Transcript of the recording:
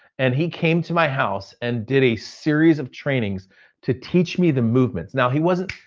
and he came to my house, and did a series of trainings to teach me the movements. now he wasn't,